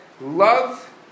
love